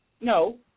No